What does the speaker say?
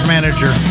Manager